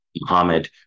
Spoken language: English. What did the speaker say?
Muhammad